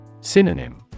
Synonym